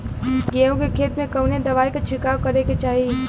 गेहूँ के खेत मे कवने दवाई क छिड़काव करे के चाही?